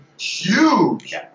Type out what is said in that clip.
huge